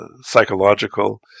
psychological